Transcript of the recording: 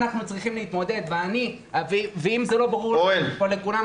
אם זה לא ברור פה לכולם,